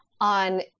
on